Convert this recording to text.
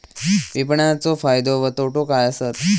विपणाचो फायदो व तोटो काय आसत?